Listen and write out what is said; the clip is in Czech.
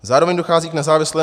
Zároveň dochází k nezávislému